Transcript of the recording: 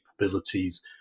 capabilities